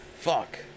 Fuck